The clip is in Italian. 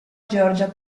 georgia